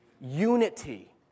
Unity